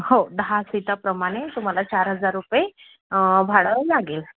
हो दहा सिटाप्रमाणे तुम्हाला चार हजार रुपये भाडं लागेल